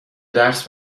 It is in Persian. درس